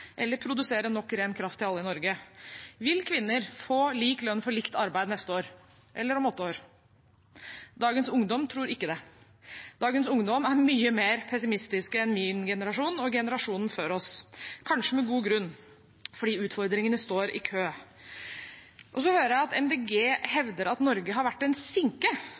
eller produsere nok ren kraft til alle i Norge? Vil kvinner få lik lønn for likt arbeid neste år eller om åtte år? Dagens ungdom tror ikke det. Dagens ungdom er mye mer pessimistiske enn min generasjon og generasjonen før oss – kanskje med god grunn fordi utfordringene står i kø. Og så hører jeg at Miljøpartiet De Grønne hevder at Norge har vært en sinke,